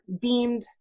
beamed